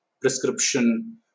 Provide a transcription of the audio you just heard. prescription